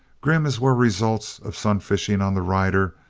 grim as were results of sun-fishing on the rider,